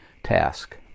task